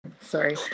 Sorry